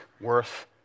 worth